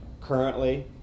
currently